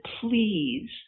please